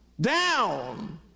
down